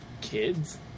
kids